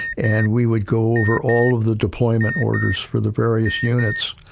and we would go over all of the deployment orders for the various units.